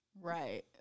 Right